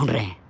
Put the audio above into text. me.